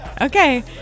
Okay